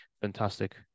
Fantastic